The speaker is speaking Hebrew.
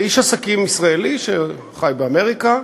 איש עסקים ישראלי שחי באמריקה.